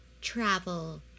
travel